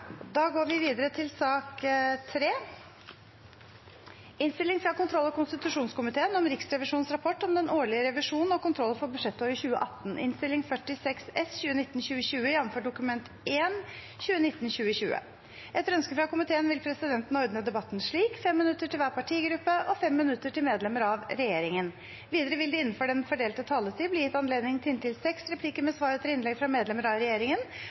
Da meiner eg at vi verkeleg er inne på grovt å undervurdere den rolla fylkeskommunar og fylkespolitikarar kan ha ved nedlegging. Flere har ikke bedt om ordet til sak nr. 11. Etter ønske fra næringskomiteen vil presidenten ordne debatten slik: 3 minutter til hver partigruppe og 3 minutter til medlemmer av regjeringen. Videre vil det – innenfor den fordelte taletid – bli gitt anledning til inntil seks replikker med svar etter innlegg fra medlemmer av regjeringen,